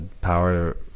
power